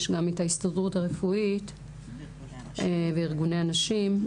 יש גם את ההסתדרות הרפואית וארגוני הנשים,